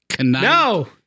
No